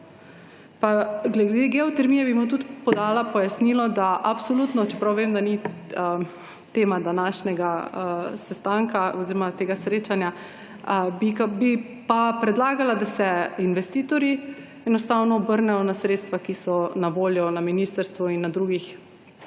Glede geotermije bi tudi podala pojasnilo, čeprav vem, da ni tema današnjega srečanja, bi pa predlagala, da se investitorji enostavno obrnejo na sredstva, ki so na voljo na ministrstvu in na drugih